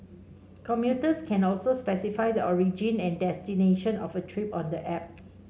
commuters can also specify the origin and destination of a trip on the app